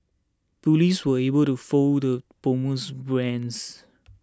police were able to foil the bomber's